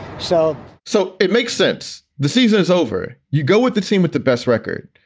so so it makes sense. the season is over. you go with the team with the best record.